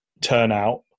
turnout